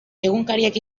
egunkariek